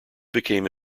became